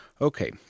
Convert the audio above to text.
Okay